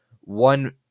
one